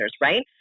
right